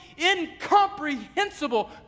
incomprehensible